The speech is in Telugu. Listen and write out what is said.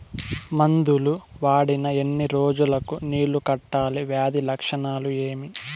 మందులు వాడిన ఎన్ని రోజులు కు నీళ్ళు కట్టాలి, వ్యాధి లక్షణాలు ఏమి?